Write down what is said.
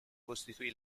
costituì